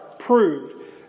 Proved